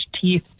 teeth